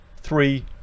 three